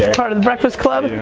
sort of the breakfast club?